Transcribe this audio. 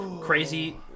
crazy